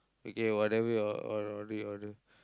okay whatever you want to order you order